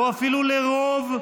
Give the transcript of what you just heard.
או אפילו לרוב,